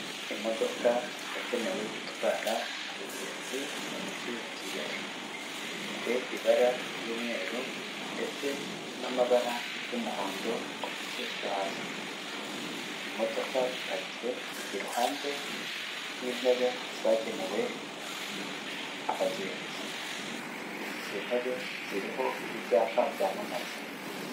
Imodoka yagenewe gutwara abagenzi mu mujyi wa Kigali, ifite ibara ry'umweru ndetse n'amabara y'umuhondo ku gice cyo hasi, iyi modoka iparitse iruhande rw'intebe zagenewe abagenzi, izi ntebe ziriho ibyapa byamamaza.